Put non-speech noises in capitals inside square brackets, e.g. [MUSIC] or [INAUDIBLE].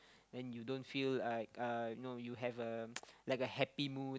when you don't feel like uh you know you have [NOISE] like a happy mood